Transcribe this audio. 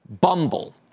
Bumble